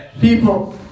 people